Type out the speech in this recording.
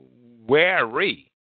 wary